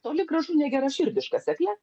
toli gražu ne geraširdiška sekle